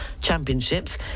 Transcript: championships